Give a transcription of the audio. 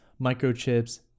microchips